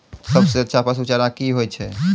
सबसे अच्छा पसु चारा की होय छै?